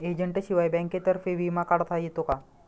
एजंटशिवाय बँकेतर्फे विमा काढता येतो का?